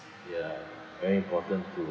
ya very important to